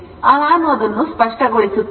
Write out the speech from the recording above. ಆದ್ದರಿಂದ ನಾನು ಅದನ್ನು ಸ್ಪಷ್ಟಗೊಳಿಸುತ್ತೇನೆ